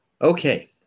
Okay